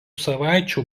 savaičių